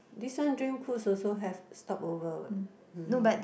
this one Dream Cruise also have stopover what